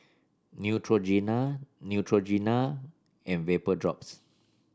Neutrogena Neutrogena and Vapodrops